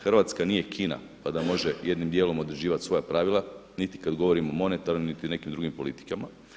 Hrvatska nije Kina pa da može jednim dijelom određivati svoja pravila niti kada govorimo o monetarnim niti nekim drugim politikama.